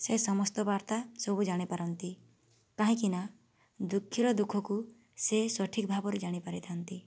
ସେ ସମସ୍ତ ବାର୍ତ୍ତା ସବୁ ଜାଣିପାରନ୍ତି କାହିଁକିନା ଦୁଃଖୀର ଦୁଃଖକୁ ସେ ସଠିକ ଭାବରେ ଜାଣିପାରିଥାଆନ୍ତି